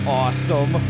awesome